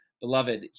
Beloved